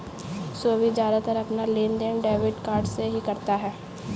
सोभित ज्यादातर अपना लेनदेन डेबिट कार्ड से ही करता है